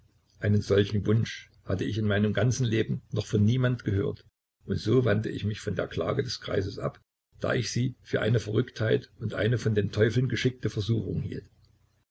einen solchen wunsch hatte ich in meinem ganzen leben noch von niemand gehört und so wandte ich mich von der klage des greises ab da ich sie für eine verrücktheit und eine von den teufeln geschickte versuchung hielt